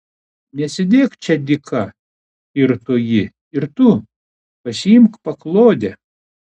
nesėdėk čia dyka kirto ji ir tu pasiimk paklodę